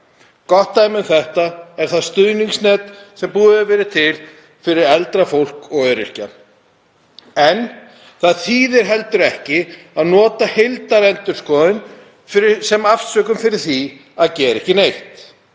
Gott dæmi um þetta er það stuðningsnet sem búið hefur verið til fyrir eldra fólk og öryrkja. En það þýðir heldur ekki að nota heildarendurskoðun sem afsökun fyrir því að gera ekki neitt.